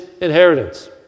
inheritance